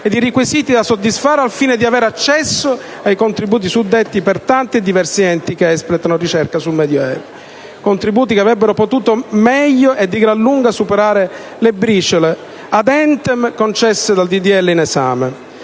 e i requisiti da soddisfare al fine di avere accesso ai contributi suddetti per tanti e diversi enti che espletano ricerca sul Medioevo, contributi che avrebbero potuto meglio e di gran lunga superare le briciole concesse "ad entem"